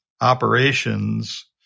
operations